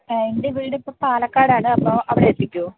എൻ്റെ വീടിപ്പോള് പാലക്കാടാണ് അപ്പോള് അവിടെ എത്തിക്കുമോ